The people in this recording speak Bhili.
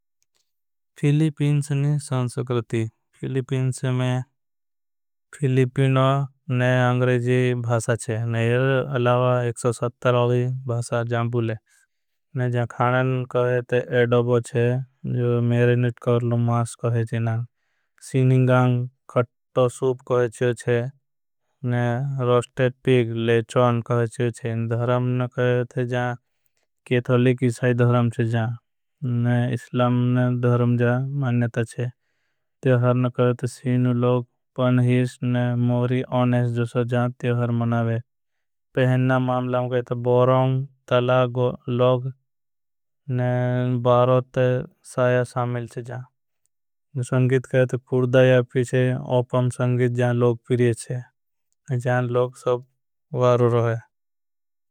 फिलिपीनस ने संस्कृति फिलिपीनस में फिलिपीनों ने। अंग्रेजी भासा छे एर अलावा एकसो सट्टर अली भासा। जान पूले ने जान खानान कहे थे एड़ोबो छे जो मेरेनिट। करलो मास कहे छे सीनिंगां खटो सूप कहे छे ने रोस्टेट। पिग ले चौन कहे छे चे धरमन कहे थे जान केथोली की। साई धरम छे जान ने इसलमन धरम जान मांनेता छे न। कहे थे सीनु लोग पन हीस ने मोरी आनेस जो सजान तेहर। मनावे मामलाम कहे तो बोरां तलाग लोग ने। बारोत साया सामिल चे संगीत कहे तो कुर्दाया पिछे ओपं। संगीत जान लोग पिरिये छे जान लोग सब वारूरो है।